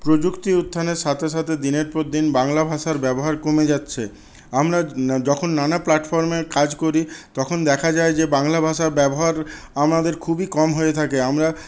প্রযুক্তি উত্থানের সাথে সাথে দিনের পর দিন বাংলা ভাষার ব্যবহার কমে যাচ্ছে আমরা যখন নানা প্ল্যাটফর্মে কাজ করি তখন দেখা যায় যে বাংলা ভাষা ব্যবহার আমাদের খুবই কম হয়ে থাকে আমরা